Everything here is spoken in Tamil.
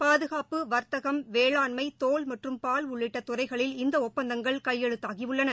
பாதுகாப்பு வர்த்தகம் வேளாண்மை தோல் மற்றும் பால் உள்ளிட்ட துறைகளில் இந்த ஒப்பந்தங்கள் கையெழுத்தாகியுள்ளன